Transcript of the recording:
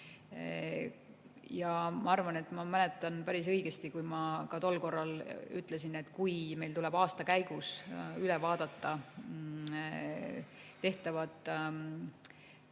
Ma arvan, et ma mäletan päris õigesti, et ma tol korral ütlesin, et kui meil tuleb aasta käigus üle vaadata tehtavad